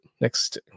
next